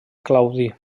claudi